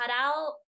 cutout